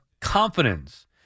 confidence